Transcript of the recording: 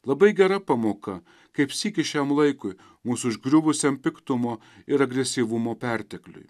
labai gera pamoka kaip sykis šiam laikui mus užgriuvusiam piktumo ir agresyvumo pertekliui